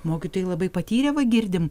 mokytojai labai patyrę va girdim